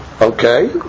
Okay